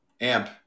Amp